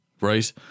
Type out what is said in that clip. right